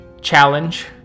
challenge